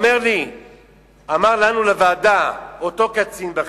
ואמר לוועדה אותו קצין בכיר: